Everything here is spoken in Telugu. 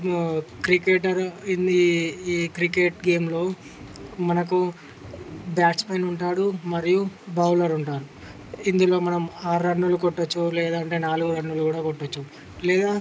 క్రికెటర్ ఈ క్రికెట్ గేమ్లో మనకు బ్యాట్స్మెన్ ఉంటాడు మరియు బౌలర్ ఉంటారు ఇందులో మనం ఆరు రన్లు కొట్టచ్చు లేదంటే నాలుగు రన్లు కూడ కొట్టచ్చు లేదా